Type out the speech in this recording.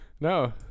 No